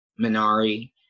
Minari